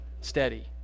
steady